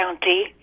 County